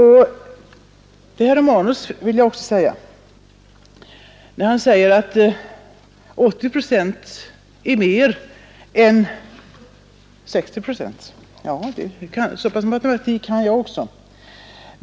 Herr Romanus förklarar att 80 procent är mer än 60 procent. Ja, så pass mycket matematik kan även jag.